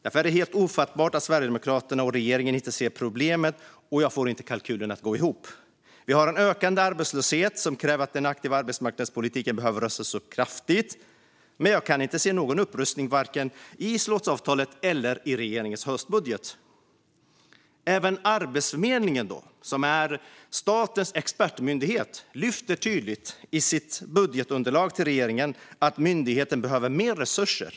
Därför är det helt ofattbart att Sverigedemokraterna och regeringen inte ser problemet, och jag får inte kalkylen att gå ihop. Vi har en ökande arbetslöshet som kräver att den aktiva arbetsmarknadspolitiken rustas upp kraftigt. Men jag kan inte se någon upprustning, vare sig i slottsavtalet eller i regeringens höstbudget. Även Arbetsförmedlingen, som är statens expertmyndighet, lyfter i sitt budgetunderlag till regeringen fram att myndigheten behöver mer resurser.